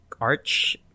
Arch